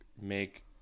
make